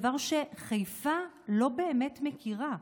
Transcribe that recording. דבר שחיפה לא באמת מכירה,